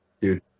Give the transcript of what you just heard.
dude